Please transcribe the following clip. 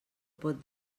pot